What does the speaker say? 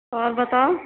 اور بتاؤ